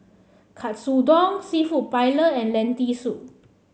Katsudon seafood Paella and Lentil Soup